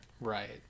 right